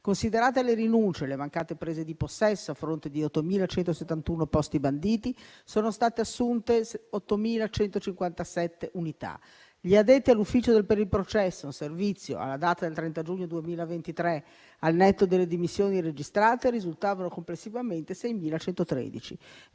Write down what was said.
Considerate le rinunce e le mancate prese di possesso, a fronte di 8.171 posti banditi, sono state assunte 8.157 unità. Gli addetti all'ufficio per il processo, in servizio alla data del 30 giugno 2023, al netto delle dimissioni registrate, risultavano complessivamente 6.113.